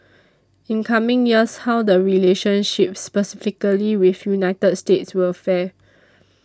in coming years how the relationship specifically with United States will fare